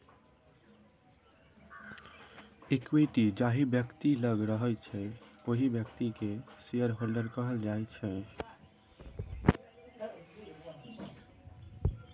equity जाहि बेकती लग रहय छै ओहि बेकती केँ शेयरहोल्डर्स कहल जाइ छै